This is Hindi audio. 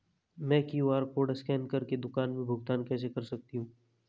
मैं क्यू.आर कॉड स्कैन कर के दुकान में भुगतान कैसे कर सकती हूँ?